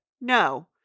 no